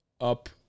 up